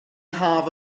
haf